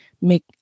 make